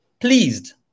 pleased